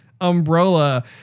umbrella